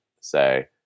say